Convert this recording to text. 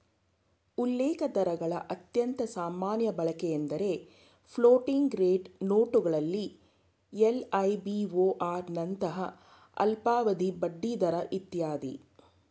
ಉಲ್ಲೇಖದರಗಳ ಅತ್ಯಂತ ಸಾಮಾನ್ಯ ಬಳಕೆಎಂದ್ರೆ ಫ್ಲೋಟಿಂಗ್ ರೇಟ್ ನೋಟುಗಳಲ್ಲಿ ಎಲ್.ಐ.ಬಿ.ಓ.ಆರ್ ನಂತಹ ಅಲ್ಪಾವಧಿ ಬಡ್ಡಿದರ ಇತ್ಯಾದಿ